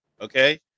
okay